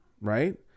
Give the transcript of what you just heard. right